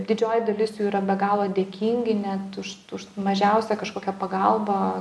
didžioji dalis jų yra be galo dėkingi net už mažiausią kažkokią pagalbą